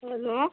hello